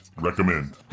Recommend